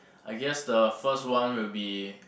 I guess the first one will be